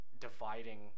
Dividing